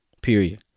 period